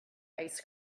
ice